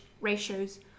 ratios